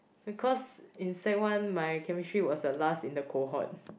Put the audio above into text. because in sec one my chemistry was the last in the cohort